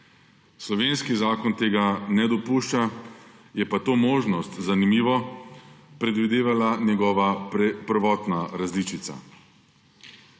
Slovenski zakon tega ne dopušča, je pa to možnost, zanimivo, predvidevala njegova prvotna različica.